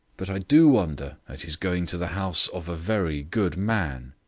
but i do wonder at his going to the house of a very good man.